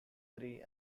three